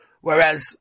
Whereas